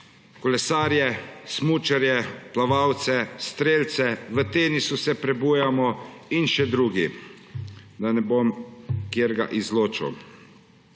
kolesarje, smučarje, plavalce, strelce, v tenisu se prebujamo in še drugi, da ne bom katerega izločil.